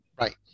Right